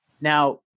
Now